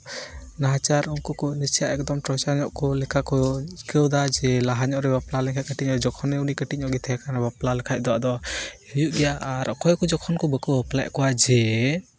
ᱱᱟᱦᱟᱪᱟᱨ ᱩᱱᱠᱩ ᱠᱚ ᱱᱤᱥᱪᱳᱭ ᱮᱠᱫᱚᱢ ᱴᱨᱚᱪᱟᱨ ᱧᱚᱜ ᱞᱮᱠᱟ ᱠᱚ ᱟᱹᱭᱠᱟᱹᱣ ᱫᱟ ᱡᱮ ᱞᱟᱦᱟ ᱧᱚᱜ ᱨᱮ ᱵᱟᱯᱞᱟ ᱞᱮᱱᱠᱷᱟᱡ ᱠᱟᱹᱴᱤᱡ ᱦᱟᱸᱜ ᱡᱚᱠᱷᱚᱱ ᱩᱱᱤ ᱠᱟᱹᱴᱤᱡ ᱧᱚᱜ ᱜᱮ ᱛᱟᱦᱮᱠᱟᱱᱮ ᱵᱟᱯᱞᱟ ᱞᱮᱠᱷᱟᱡ ᱫᱚ ᱟᱫᱚ ᱦᱩᱭᱩᱜ ᱜᱮᱭᱟ ᱟᱨ ᱚᱠᱚᱭ ᱠᱚ ᱡᱚᱠᱷᱚᱱ ᱠᱚ ᱵᱟᱠᱚ ᱵᱟᱯᱞᱟᱭᱮᱫ ᱠᱚᱣᱟ ᱡᱮ